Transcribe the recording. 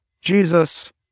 Jesus